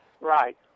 right